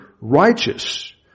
righteous